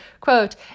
Quote